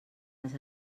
les